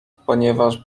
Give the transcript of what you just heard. ponieważ